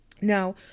Now